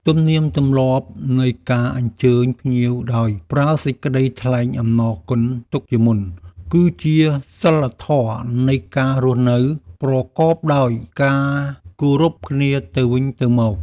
ទំនៀមទម្លាប់នៃការអញ្ជើញភ្ញៀវដោយប្រើសេចក្តីថ្លែងអំណរគុណទុកជាមុន គឺជាសីលធម៌នៃការរស់នៅប្រកបដោយការគោរពគ្នាទៅវិញទៅមក។